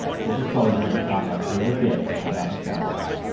ah full disclosure we talk a fair bit about his cowboy hat